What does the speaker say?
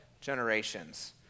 generations